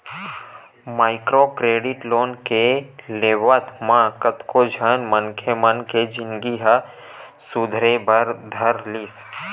micro credit loan के लेवब म कतको झन मनखे मन के जिनगी ह सुधरे बर धर लिस